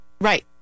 Right